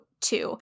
two